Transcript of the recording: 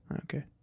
Okay